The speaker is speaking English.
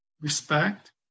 respect